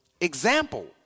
example